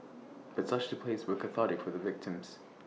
but such displays were cathartic for the victims